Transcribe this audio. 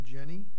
Jenny